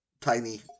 tiny